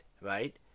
right